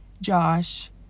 Josh